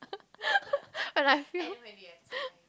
when I feel